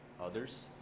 others